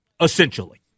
essentially